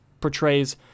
portrays